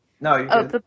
No